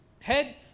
Head